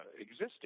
existing